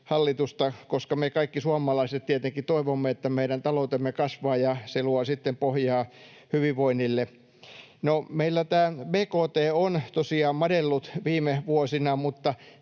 koska me kaikki suomalaiset tietenkin toivomme, että meidän taloutemme kasvaa, ja se luo pohjaa hyvinvoinnille. No meillä tämä bkt on tosiaan madellut viime vuosina, mutta